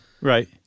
right